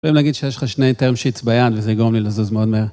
ואם להגיד שיש לך שני term sheets ביד, וזה גורם לי לזוז מאוד מהר.